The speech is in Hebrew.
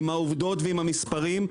עם העובדות ועם המספרים,